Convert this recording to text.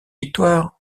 victoire